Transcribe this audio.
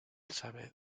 sabe